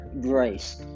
grace